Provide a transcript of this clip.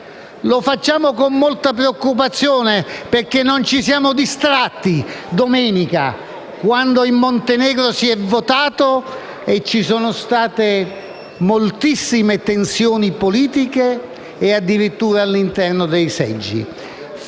Lo facciamo con molta preoccupazione, perché non ci siamo distratti domenica, quando in Montenegro si è votato e ci sono state moltissime tensioni politiche, addirittura all'interno dei seggi.